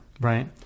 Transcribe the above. right